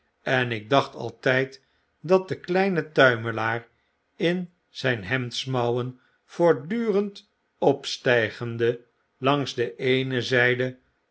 en ik dacht altijd dat de kleine tuimelaar in zy n hemdsmouwen voortdurend opstygende langs de eene zyde